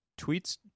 tweets